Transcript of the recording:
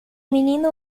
menino